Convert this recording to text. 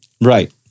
Right